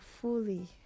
fully